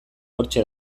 hortxe